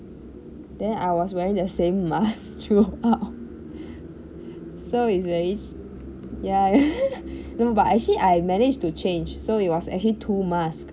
then I was wearing the same mask throughout so it's very ya no but I actually I managed to change so it was actually two mask